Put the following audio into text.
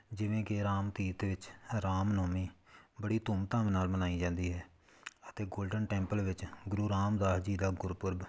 ਜਿਵੇਂ ਕਿ ਰਾਮ ਤੀਰਥ ਦੇ ਵਿੱਚ ਰਾਮ ਨੌਮੀ ਬੜੀ ਧੂਮ ਧਾਮ ਨਾਲ ਮਨਾਈ ਜਾਂਦੀ ਹੈ ਅਤੇ ਗੋਲਡਨ ਟੈਂਪਲ ਵਿੱਚ ਗੁਰੂ ਰਾਮਦਾਸ ਜੀ ਦਾ ਗੁਰਪੁਰਬ